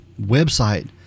website